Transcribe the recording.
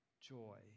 joy